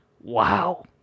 Wow